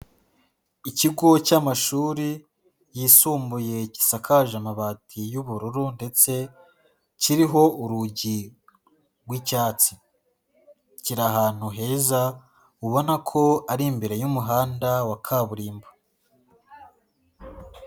Ikigo cy'amashuri yisumbuye gisakaje amabati y'ubururu ndetse kiriho urugi rw'icyatsi, kiri ahantu heza ubona ko ari imbere y'umuhanda wa kaburimbo.